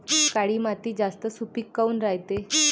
काळी माती जास्त सुपीक काऊन रायते?